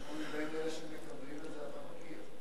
כמה מבין אלה שמקבלים את זה אתה מכיר?